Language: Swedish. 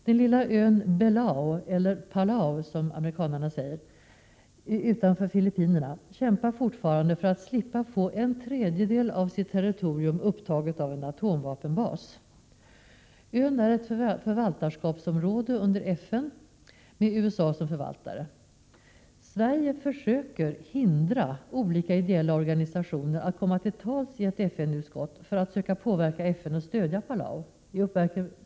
Den lilla ön Belau — eller Palau, som amerikanarna säger — utanför Filippinerna kämpar fortfarande för att slippa få en tredjedel av sitt territorium upptaget av en atomvapenbas. Ön är ett förvaltarskapsområde under FN, med USA som förvaltare. Sverige försöker hindra olika ideella organisationer att komma till tals i ett FN-utskott för att söka påverka FN att stödja Belau.